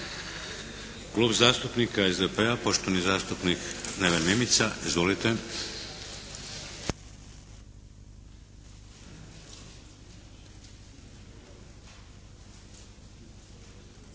Klub zastupnika SDP-a, poštovani zastupnik Neven Mimica. Izvolite.